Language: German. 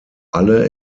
alle